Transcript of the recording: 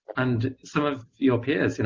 and some of your peers, and